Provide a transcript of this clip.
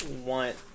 want